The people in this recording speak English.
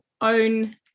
own